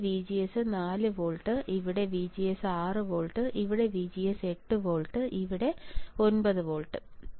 ഇവിടെ VGS4 volt ഇവിടെ VGS6 volt ഇവിടെ VGS8 വോൾട്ട് ഇവിടെ 9 വോൾട്ട്